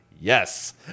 yes